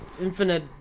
infinite